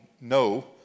no